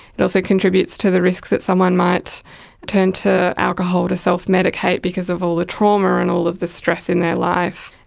it also contributes to the risk that someone might turn to alcohol to self-medicate because of all the trauma and all of the stress in their life.